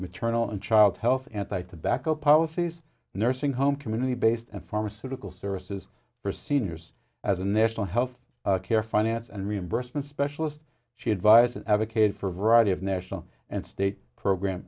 maternal and child health anti tobacco policies nursing home community based and pharmaceutical services for seniors as a national health care finance and reimbursement specialist she advises advocated for a variety of national and state program